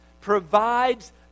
provides